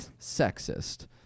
sexist